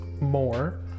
more